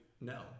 No